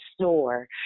store